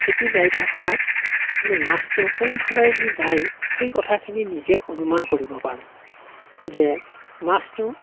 চেপি যায় থকাত আমি মাছটো কোন ফালেদি যায় সেই কথাখিনি নিজে অনুমান কৰিব পাৰোঁ যে মাছটো